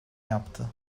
yaptı